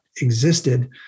existed